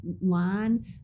line